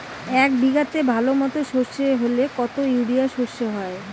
এক বিঘাতে ভালো মতো সর্ষে হলে কত ইউরিয়া সর্ষে হয়?